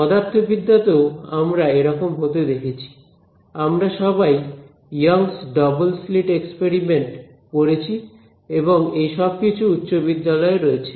পদার্থবিদ্যাতেও আমরা এরকম হতে দেখেছি আমরা সবাই Young's double slit experiment Young's Double Slit experiment পড়েছি এবং এই সবকিছু উচ্চ বিদ্যালয় এ রয়েছে